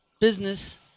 business